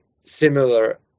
similar